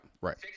right